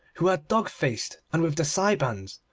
who are dog-faced and with the sibans,